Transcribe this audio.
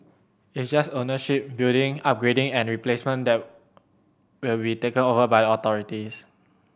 it's just ownership building upgrading and replacement that will be taken over by authorities